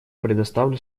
предоставлю